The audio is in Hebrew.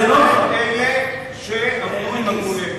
למעט אלה שעבדו עם הפרויקט?